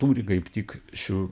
turi kaip tik šių